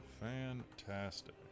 Fantastic